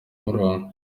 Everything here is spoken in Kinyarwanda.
murongo